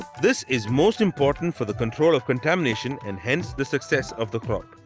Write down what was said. this is most important for the control of contamination and hence, the success of the crop.